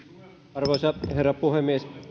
arvoisa herra puhemies